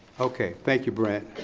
okay, thank you brent.